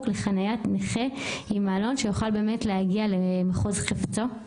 לחניית נכה עם מעלון שיוכל באמת להגיע למחוז חפצו.